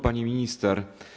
Pani Minister!